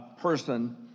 person